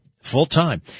Full-time